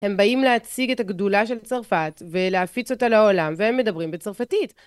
הם באים להציג את הגדולה של צרפת ולהפיץ אותה לעולם והם מדברים בצרפתית.